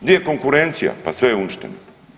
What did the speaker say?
Gdje je konkurencija, pa sve je uništeno.